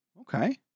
Okay